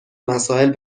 مسائل